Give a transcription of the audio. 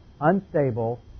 unstable